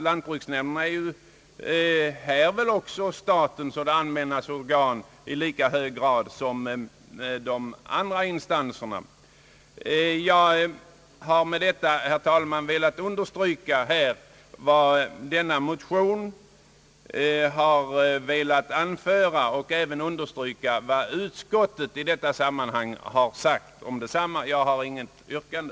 Lantbruksnämnderna är statens och det allmännas organ i lika hög grad som de andra instanserna. Jag har med detta, herr talman, önskat understryka vad denna motion velat anföra och vad utskottet i detta sammanhang har sagt om densamma. Jag har inget yrkande.